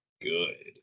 good